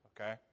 Okay